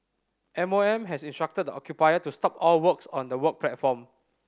M O M has instructed the occupier to stop all works on the work platform